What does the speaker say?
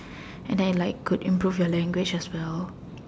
and then it like could improve your language as well